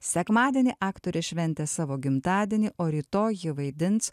sekmadienį aktorė šventė savo gimtadienį o rytoj ji vaidins